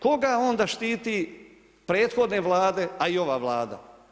Koga onda štite prethodne Vlade a i ova Vlada?